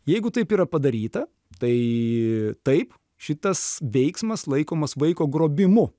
jeigu taip yra padaryta tai taip šitas veiksmas laikomas vaiko grobimu